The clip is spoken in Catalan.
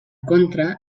contra